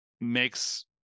makes